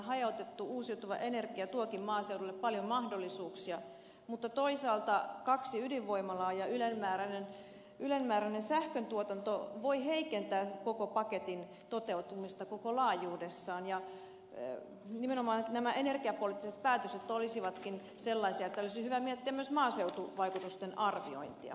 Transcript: hajautettu uusiutuva energia tuokin maaseudulle paljon mahdollisuuksia mutta toisaalta kaksi ydinvoimalaa ja ylenmääräinen sähköntuotanto voi heikentää koko paketin toteutumista koko laajuudessaan ja nimenomaan nämä energiapoliittiset päätökset olisivatkin sellaisia että olisi hyvä miettiä myös maaseutuvaikutusten arviointia